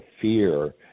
fear